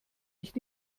ich